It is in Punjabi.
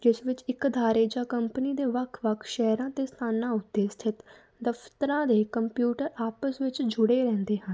ਜਿਸ ਵਿੱਚ ਇੱਕ ਅਦਾਰੇ ਜਾਂ ਕੰਪਨੀ ਦੇ ਵੱਖ ਵੱਖ ਸ਼ਹਿਰਾਂ ਅਤੇ ਸਥਾਨਾਂ ਉੱਤੇ ਸਥਿਤ ਦਫ਼ਤਰਾਂ ਦੇ ਕੰਪਿਊਟਰ ਆਪਸ ਵਿੱਚ ਜੁੜੇ ਰਹਿੰਦੇ ਹਨ